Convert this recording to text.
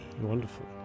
Wonderful